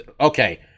Okay